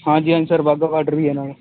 ਹਾਂਜੀ ਹਾਂਜੀ sir Wagah border ਵੀ ਹੈ ਨਾਲ